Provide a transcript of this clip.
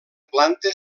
planta